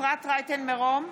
אפרת רייטן מרום,